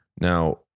Now